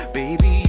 baby